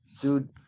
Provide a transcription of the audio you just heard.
dude